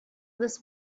this